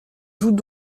jouent